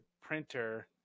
printer